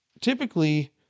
typically